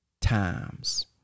times